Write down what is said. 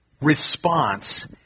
response